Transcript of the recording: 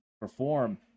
perform